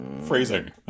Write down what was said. phrasing